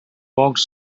walked